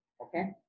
okay